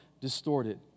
distorted